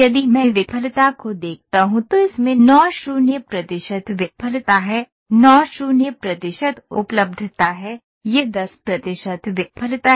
यदि मैं विफलता को देखता हूं तो इसमें ९ ० प्रतिशत विफलता है ९ ० प्रतिशत उपलब्धता है यह १० प्रतिशत विफलता है